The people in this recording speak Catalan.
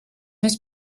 més